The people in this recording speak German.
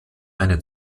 eine